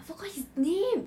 forgot his name